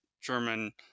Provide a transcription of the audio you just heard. German